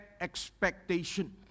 Expectation